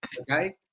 okay